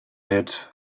head